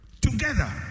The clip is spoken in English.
together